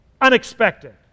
unexpected